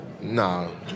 No